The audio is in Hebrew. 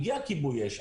הגיע כיבוי אש,